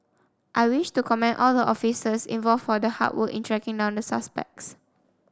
I wish to commend all the officers involved for the hard work in tracking down the suspects